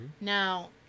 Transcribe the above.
Now